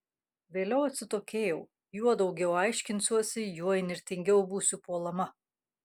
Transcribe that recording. vėliau atsitokėjau juo daugiau aiškinsiuosi juo įnirtingiau būsiu puolama